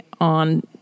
on